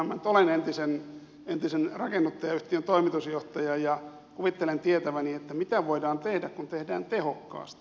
minä nyt olen entisen rakennuttajayhtiön toimitusjohtaja ja kuvittelen tietäväni mitä voidaan tehdä kun tehdään tehokkaasti